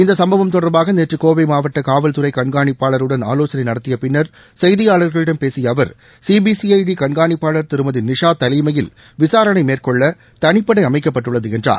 இந்த சம்பவம் தொடர்பாக நேற்று கோவை மாவட்ட காவல்துறை கண்காணிப்பாளருடன் ஆலோசனை நடத்திய பின்னர் செய்தியாளர்களிடம் பேசிய அவர் சீபிசிஐடி கண்காணிப்பாளர் திருமதி நிஷா தலைமையில் விசாரணை மேற்கொள்ள தனிப்படை அமைக்கப்பட்டுள்ளது என்றார்